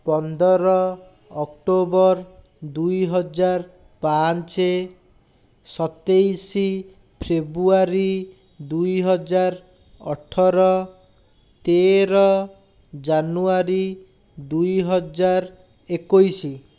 ପନ୍ଦର ଅକ୍ଟୋବର ଦୁଇହଜାର ପାଞ୍ଚ ସତେଇଶ ଫେବ୍ରୁଆରୀ ଦୁଇହଜାର ଅଠର ତେର ଜାନୁୟାରୀ ଦୁଇହଜାର ଏକୋଇଶ